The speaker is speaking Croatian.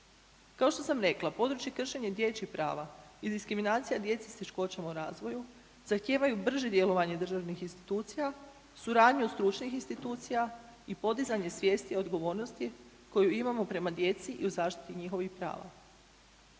Kao što sam rekla, područje kršenja dječjih prava i diskriminacija djece s teškoćama u razvoju zahtijevaju brže djelovanje državnih institucija, suradnju stručnih institucija i podizanje svijesti o odgovornosti koju imamo prema djeci i u zaštiti njihovih prava.